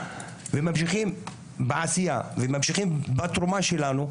וממשיכים בעשייה וממשיכים בתרומה שלנו,